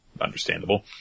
understandable